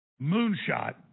moonshot